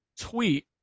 tweet